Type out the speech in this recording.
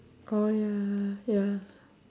oh ya ya